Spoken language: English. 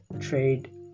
trade